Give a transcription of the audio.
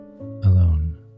alone